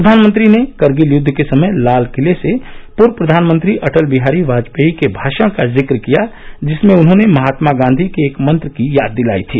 प्रधानमंत्री ने करगिल युद्ध के समय लालकिले से पूर्व प्रधानमंत्री अटल बिहारी बाजपेयी के भाषण का जिक्र किया जिसमें उन्होंने महात्मा गांधी के एक मंत्र की याद दिलाई थी